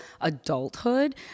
adulthood